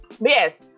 yes